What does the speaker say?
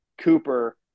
Cooper